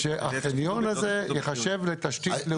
שהחניון הזה ייחשב לתשתית לאומית.